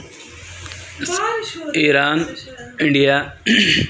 Iran India